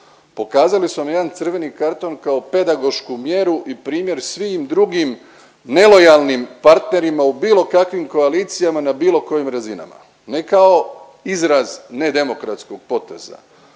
pokazali su vam jedan crveni karton kao pedagošku mjeru i primjer svim drugim nelojalnim partnerima u bilo kakvim koalicijama na bilo kojim razinama. Ne kao izraz nedemokratskog poteza,